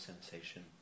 sensation